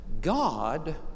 God